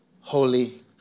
holy